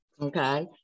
okay